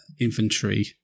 infantry